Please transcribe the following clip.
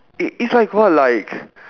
it it's like what like